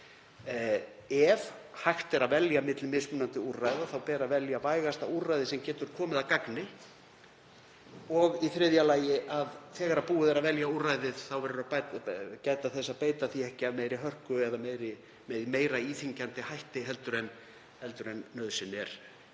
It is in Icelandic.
Ef hægt er að velja milli mismunandi úrræða ber að velja vægasta úrræðið sem getur komið að gagni og í þriðja lagi, þegar búið er að velja úrræðið, verður að gæta þess að beita því ekki af meiri hörku eða með meira íþyngjandi hætti en nauðsyn er